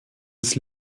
des